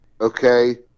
Okay